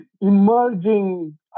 emerging